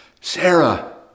Sarah